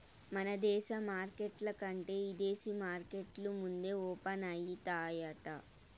మన దేశ మార్కెట్ల కంటే ఇదేశీ మార్కెట్లు ముందే ఓపనయితాయంట